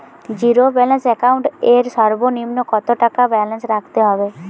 Zero balance account এর সর্বনিম্ন কত টাকা ব্যালেন্স রাখতে হবে?